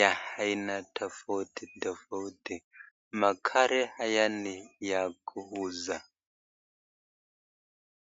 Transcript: ya aina tofauti tofauti, magari haya ni ya kuhuza.